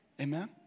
Amen